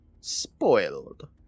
spoiled